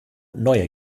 neue